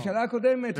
הממשלה הקודמת,